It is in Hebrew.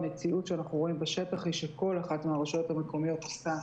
במציאות בשטח אנחנו רואים שכל אחת מהרשויות המקומיות עושה